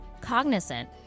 cognizant